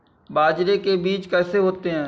बाजरे के बीज कैसे होते हैं?